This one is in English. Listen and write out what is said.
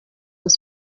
was